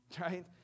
right